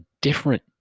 different